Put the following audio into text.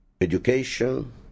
education